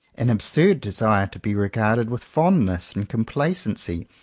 an absurd desire to be regarded with fondness and complacency,